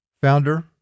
founder